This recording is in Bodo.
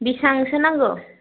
बेसांसो नांगौ